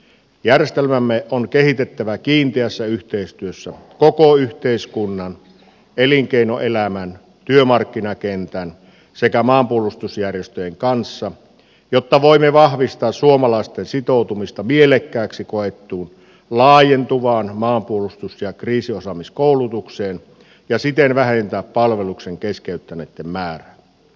järjestelmäämme on kehitettävä kiinteässä yhteistyössä koko yhteiskunnan elinkeinoelämän työmarkkinakentän sekä maanpuolustusjärjestöjen kanssa jotta voimme vahvistaa suomalaisten sitoutumista mielekkääksi koettuun laajentuvaan maanpuolustus ja kriisiosaamiskoulutukseen ja siten vähentää palveluksen keskeyttäneitten määrää